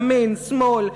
ימין שמאל,